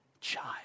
child